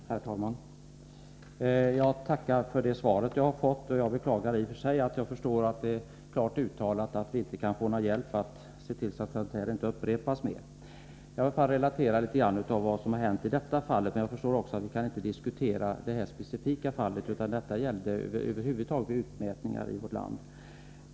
Herr talman! Jag tackar för det svar jag har fått. Jag beklagar att det i och för sig, enligt vad jag förstår, är klart uttalat att vi inte kan få någon hjälp av justitieministern med att se till att en händelse som den jag åberopat inte upprepas. Frågan gällde förfarandet i allmänhet vid utmätningar i vårt land, men jag vill kortfattat relatera vad som hände i det specifika fallet, även om jag förstår att vi inte här kan diskutera det.